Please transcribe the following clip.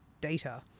data